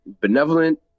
benevolent